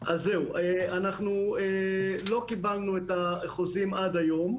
אנחנו לא קיבלנו את החוזים עד היום.